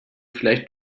vielleicht